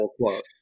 quote